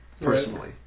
personally